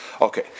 Okay